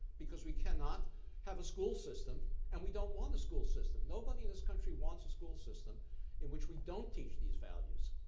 because we cannot have a school system, and we don't want a school system nobody in this country wants a school system in which we don't teach these values.